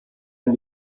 ein